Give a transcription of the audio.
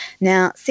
Now